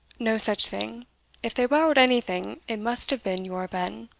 no such thing if they borrowed anything, it must have been your ben,